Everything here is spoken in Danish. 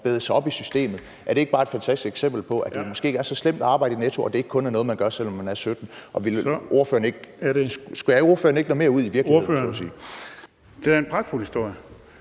bevæget sig op i systemet. Er det ikke bare et fantastisk eksempel på, at det måske ikke er så slemt at arbejde i Netto, og at det ikke kun er noget, man gør, når man er 17? Skulle ordføreren ikke være noget mere ude i virkeligheden så at sige?